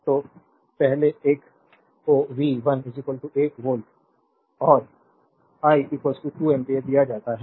तो पहले एक को V 1 1 वोल्ट और I 2 एम्पियर दिया जाता है